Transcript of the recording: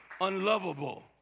unlovable